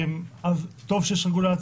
טוב שיש רגולציה,